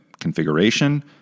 configuration